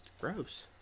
gross